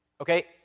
Okay